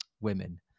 women